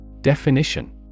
Definition